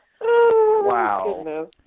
Wow